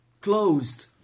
closed